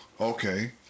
okay